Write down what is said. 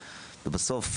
בסוף,